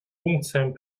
функциям